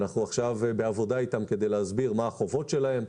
עכשיו אנחנו בעבודה איתן כדי להסביר מהן החובות שלהן,